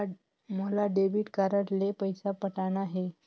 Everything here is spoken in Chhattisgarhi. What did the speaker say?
मोला डेबिट कारड ले पइसा पटाना हे?